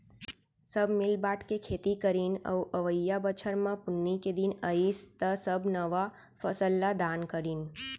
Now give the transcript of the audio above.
सब मिल बांट के खेती करीन अउ अवइया बछर म पुन्नी के दिन अइस त सब नवा फसल ल दान करिन